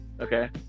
okay